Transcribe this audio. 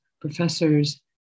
professors